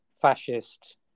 fascist